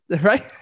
right